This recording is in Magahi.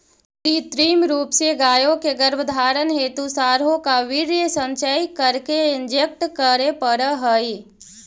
कृत्रिम रूप से गायों के गर्भधारण हेतु साँडों का वीर्य संचय करके इंजेक्ट करे पड़ हई